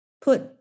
put